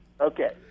Okay